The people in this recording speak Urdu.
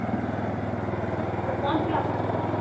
اچھا تو کون سی کلاس میں ہے سن